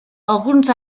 alguns